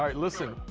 um listen.